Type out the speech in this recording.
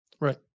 Right